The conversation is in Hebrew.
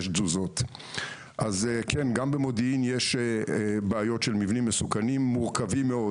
כך שגם במודיעין יש בעיות מורכבות מאוד